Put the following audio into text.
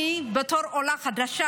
אני בתור עולה חדשה,